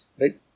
right